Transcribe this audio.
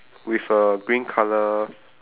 with a green colour